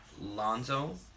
Lonzo